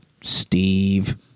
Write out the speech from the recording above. Steve